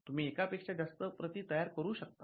तुम्ही एका पेक्षा जास्त प्रती तयार करू शकतात